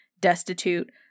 destitute